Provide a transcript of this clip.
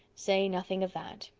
say nothing of that.